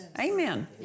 Amen